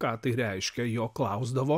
ką tai reiškia jo klausdavo